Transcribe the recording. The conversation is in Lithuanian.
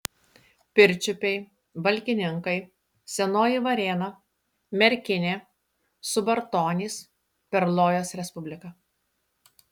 pirčiupiai valkininkai senoji varėna merkinė subartonys perlojos respublika